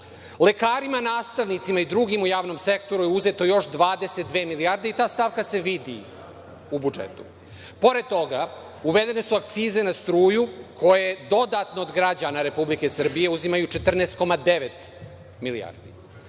lekarima, nastavnicima, i drugim u javnom sektoru je uzeto još 22 milijarde, i ta stavka se vidi u budžetu. Pored toga, uvedene su akcize na struju, koje dodatno od građana Republike Srbije uzimaju 14,9 milijardi. Pored